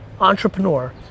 entrepreneur